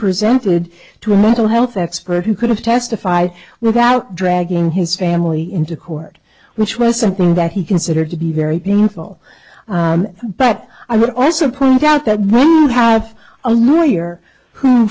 presented to a mental health expert who could have testified without dragging his family into court which was something that he considered to be very painful but i would also point out that you have a lawyer who